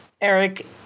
Eric